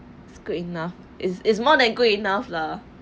it's good enough is is more than good enough lah